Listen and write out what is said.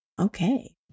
Okay